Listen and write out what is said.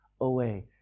away